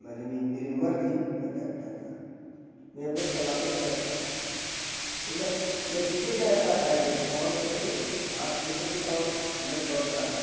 मैं जब मेरी उमर थी तो मैं तैरता था मैं अपने तालाब में तैरता था तो मैं मैं सीधे तैरता था ऐसे ही तौड़ कर के हाथ फेंक कर के तौड़ मैं तैरता था